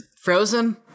Frozen